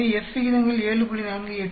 எனவே F விகிதங்கள் 7